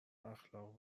اخلاق